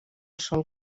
sol